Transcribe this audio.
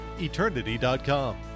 Eternity.com